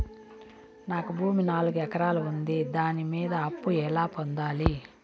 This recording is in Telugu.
నాకు భూమి నాలుగు ఎకరాలు ఉంది దాని మీద అప్పు ఎలా పొందాలి?